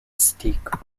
steak